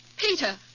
Peter